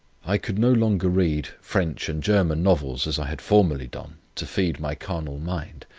i could no longer read french and german novels, as i had formerly done, to feed my carnal mind